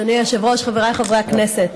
אדוני היושב-ראש, חבריי חברי הכנסת,